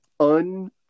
Un